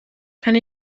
kann